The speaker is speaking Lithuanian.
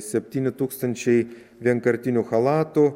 septyni tūkstančiai vienkartinių chalatų